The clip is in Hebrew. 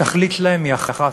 התכלית שלהן היא אחת,